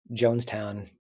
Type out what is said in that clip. jonestown